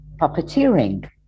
puppeteering